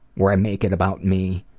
where i make it about me.